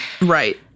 Right